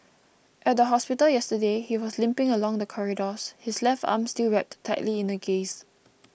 at the hospital yesterday he was limping along the corridors his left arm still wrapped tightly in gauze